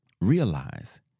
realize